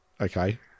Okay